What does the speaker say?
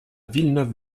villeneuve